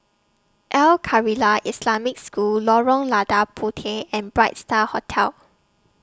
Al Khairiah Islamic School Lorong Lada Puteh and Bright STAR Hotel